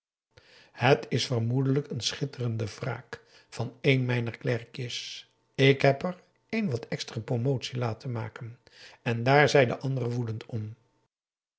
het is vermoedelijk een schitterende wraak van een mijner klerkjes ik heb er een wat extra promotie laten maken en daar zijn de anderen woedend om